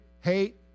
hate